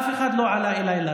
אף אחד לא עלה אליי לרגל.